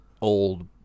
old